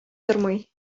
тормый